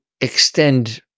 extend